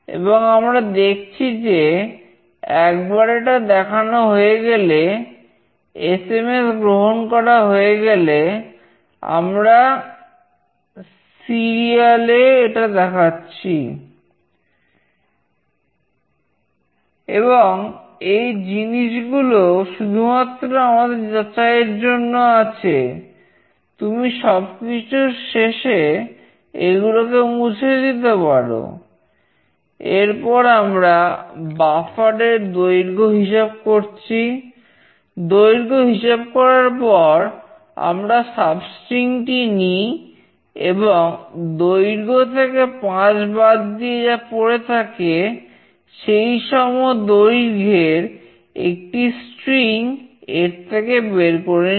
এবং আমরা দেখছি যে একবার এটা দেখানো হয়ে গেলে এসএমএস এর থেকে বের করে নি